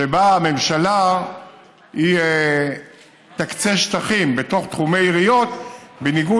שבה הממשלה תקצה שטחים בתוך תחומי עיריות בניגוד